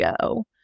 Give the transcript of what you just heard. go